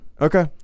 Okay